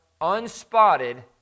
unspotted